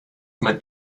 man